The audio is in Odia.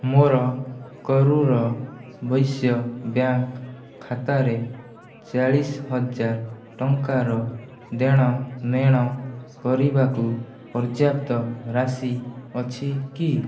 ମୋର କରୂର ବୈଶ୍ୟ ବ୍ୟାଙ୍କ୍ ଖାତାରେ ଚାଳିଶ ହଜାର ଟଙ୍କାର ଦେଣନେଣ କରିବାକୁ ପର୍ଯ୍ୟାପ୍ତ ରାଶି ଅଛି କି